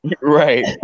Right